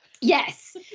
Yes